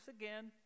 again